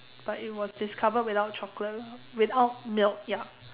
but it was discovered without chocolate without milk ya